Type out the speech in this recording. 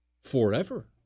forever